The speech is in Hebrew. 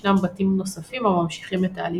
למרות שבגרסאות מסוימות ישנם בתים נוספים הממשיכים את העלילה.